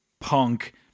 punk